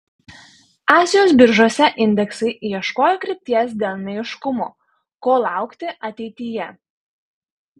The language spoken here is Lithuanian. azijos biržose indeksai ieškojo krypties dėl neaiškumo ko laukti ateityje